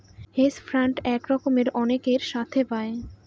hedge fund এক রকমের অনেকের সাথে পায়